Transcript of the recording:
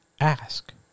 ask